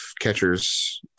catchers